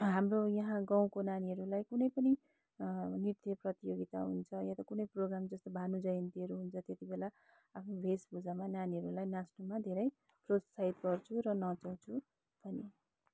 हाम्रो यहाँ गाउँको नानीहरूलाई कुनै पनि नृत्य प्रतियोगिता हुन्छ या त कुनै प्रोगाम जस्तो भानुजयन्तीहरू हुन्छ त्यति बेला आफ्नो वेशभूषामा नानीहरूलाई नाच्नुमा धेरै प्रोत्साहित गर्छु र नचाउँछु पनि